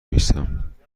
نویسم